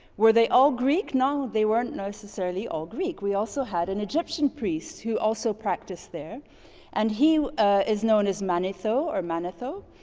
were they all greek? now, they weren't necessarily all greek. we also had an egyptian priest who also practiced there and he is known as manitho or manetho.